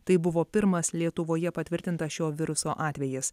tai buvo pirmas lietuvoje patvirtintas šio viruso atvejis